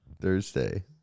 Thursday